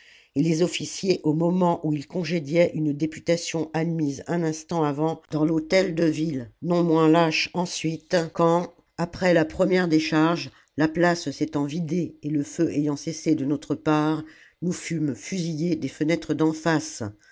et les officiers au moment où ils congédiaient une députation admise un instant avant dans l'hôtel-de-ville non moins lâche ensuite quand après la première décharge la place s'étant vidée et le feu ayant cessé de notre part nous fûmes fusillés des fenêtres